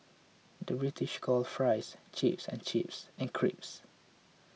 the British calls Fries Chips and chips